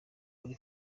kuri